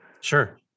Sure